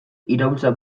iraultza